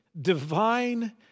divine